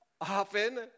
often